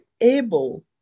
able